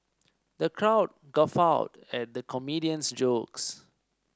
the crowd guffawed at the comedian's jokes